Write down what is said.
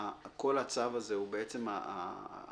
הצו הזה הוא בעצם העלות